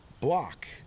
block